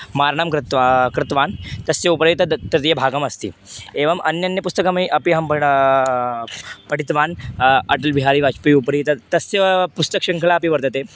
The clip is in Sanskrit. मारणं कृत्वा कृतवान् तस्य उपरि तद् तदीयभागमस्ति एवम् अन्यान्यपुस्तकमपि अहं पडा पठितवान् अटल्बिहारी वाज्पेयि उपरि तत् तस्य पुस्तकशृङ्खला अपि वर्तते